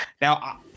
Now